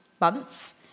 months